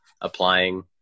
Applying